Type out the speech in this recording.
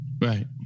right